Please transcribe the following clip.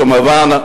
כמובן,